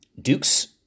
Duke's